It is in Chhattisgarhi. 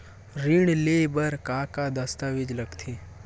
ऋण ले बर का का दस्तावेज लगथे?